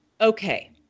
okay